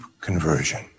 conversion